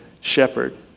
shepherd